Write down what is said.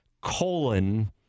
colon